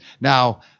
Now